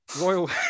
Royal